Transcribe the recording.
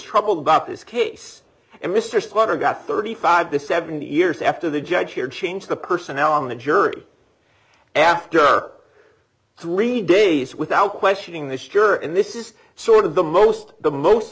troubled about this case and mr slaughter got thirty five to seventy years after the judge here changed the personnel on the jury after three days without questioning this juror and this is sort of the most the most